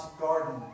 Garden